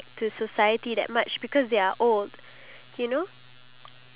you know the customers who are going to pay for the stuff in the shop